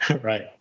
Right